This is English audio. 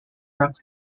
rock